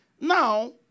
Now